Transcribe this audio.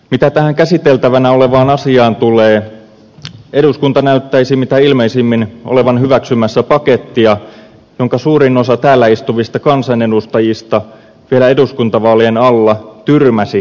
mitä tähän käsiteltävänä olevaan asiaan tulee eduskunta näyttäisi mitä ilmeisimmin olevan hyväksymässä pakettia jonka suurin osa täällä istuvista kansanedustajista vielä eduskuntavaalien alla tyrmäsi vaalikonevastauksissaan